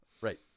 Right